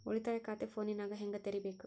ಉಳಿತಾಯ ಖಾತೆ ಫೋನಿನಾಗ ಹೆಂಗ ತೆರಿಬೇಕು?